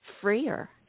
freer